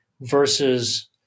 versus